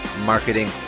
marketing